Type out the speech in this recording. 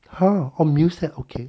!huh! oh meal set okay